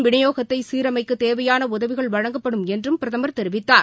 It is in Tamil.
வினியோகத்தைசீரமைக்கதேவையானஉதவிகள் மின் வழங்கப்படும் என்றும் பிரதமர் தெரிவித்தார்